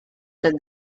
than